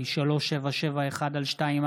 רופין שלומדים לתואר שני במינהל עסקים בתחום מנהיגות,